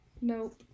nope